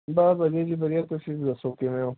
ਬਸ ਵਧੀਆ ਜੀ ਵਧੀਆ ਤੁਸੀਂ ਦੱਸੋ ਕਿਵੇਂ ਹੋ